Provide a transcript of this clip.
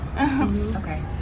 Okay